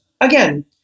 again